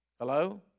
Hello